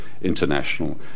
international